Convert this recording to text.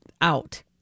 out